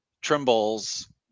Trimble's